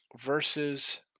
versus